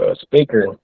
speaker